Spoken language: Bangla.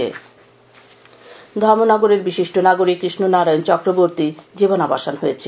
জীবনাবসান ধর্মনগরের বিশিষ্ট নাগরিক কৃষ্ণ নারায়ণ চক্রবর্তীর জীবনাবসান হয়েছে